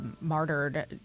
martyred